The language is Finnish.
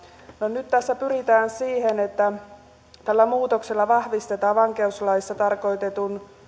nyt tässä pyritään siihen että tällä muutoksella vahvistetaan vankeuslaissa tarkoitetun